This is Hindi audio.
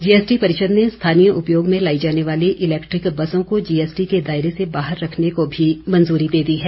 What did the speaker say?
जीएसटी परिषद ने स्थानीय उपयोग में लाई जाने वाली इलेक्ट्रिक बसों को जीएसटी के दायरे से बाहर रखने को भी मंजूरी दे दी है